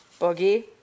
Boogie